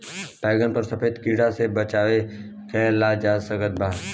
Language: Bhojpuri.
बैगन पर सफेद कीड़ा से कैसे बचाव कैल जा सकत बा?